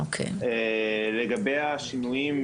לגבי השינויים.